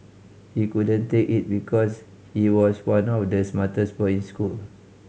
he couldn't take it because he was one of the smartest boy in school